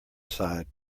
side